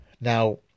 Now